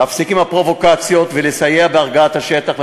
להפסיק את הפרובוקציות ולסייע בהרגעת השטח,